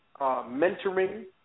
mentoring